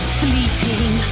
fleeting